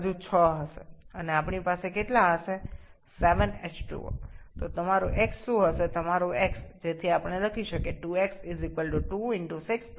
সুতরাং এখন অণু সংখ্যা ভারসাম্য করুন সুতরাং আমরা এই দিকে ছয় পাব এবং আমাদের কত হতে হবে